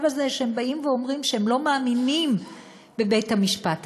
הזה שהם באים ואומרים שהם לא מאמינים בבית-המשפט העליון?